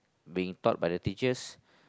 being taught by the teachers